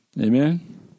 Amen